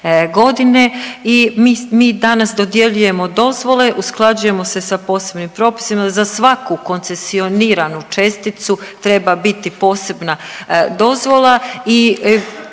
2017.g. i mi danas dodjeljujemo dozvole, usklađujemo se sa posebnim propisima, za svaku koncesioniranu česticu treba biti posebna dozvola i